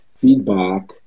feedback